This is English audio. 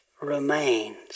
remains